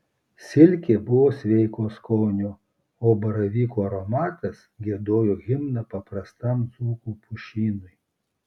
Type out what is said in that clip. silkė buvo sveiko skonio o baravykų aromatas giedojo himną paprastam dzūkų pušynui